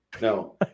No